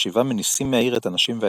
השבעה מניסים מהעיר את הנשים והילדים.